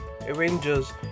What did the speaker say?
Avengers